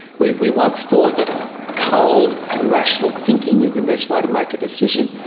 we we once thought that cold rational thinking is the best way to make a decision.